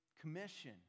Commission